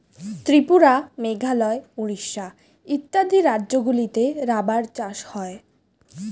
ত্রিপুরা, মেঘালয়, উড়িষ্যা ইত্যাদি রাজ্যগুলিতে রাবার চাষ হয়